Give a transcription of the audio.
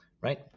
right